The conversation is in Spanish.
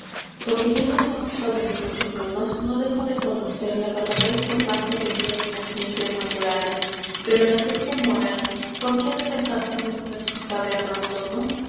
porque yo no sea un sabio ni mucho menos no dejo de conocer la verdadera importancia que tienen las ciencias naturales pero la ciencia moral por qué ha de dejarse en un inexplicable abandono